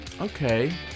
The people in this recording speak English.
Okay